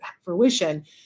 fruition